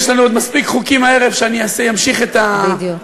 יש לנו עוד מספיק חוקים הערב שאני אמשיך את השיח,